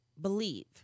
believe